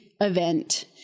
event